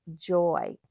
joy